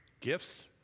gifts